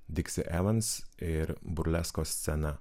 diksi evans ir burleskos scena